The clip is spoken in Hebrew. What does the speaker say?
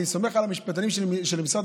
אני סומך על המשפטנים של משרד